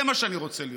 זה מה שאני רוצה לראות.